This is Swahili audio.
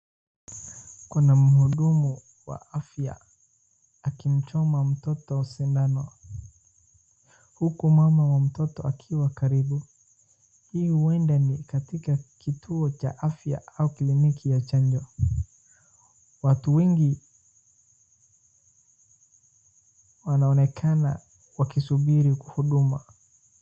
Kuna mhudumu wa afya akimchoma mtoto sindano huku mama wa mtoto akiwa karibu. Hii huenda ni katika kituo cha afya au kliniki ya chanjo. Watu wengi wanaonekana wakisubiri huduma.